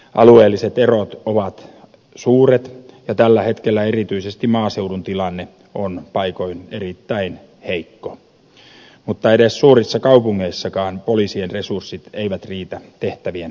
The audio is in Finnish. alueelliset erot ovat suuret ja tällä hetkellä erityisesti maaseudun tilanne on paikoin erittäin heikko mutta edes suurissa kaupungeissa poliisien resurssit eivät riitä tehtävien hoitamiseen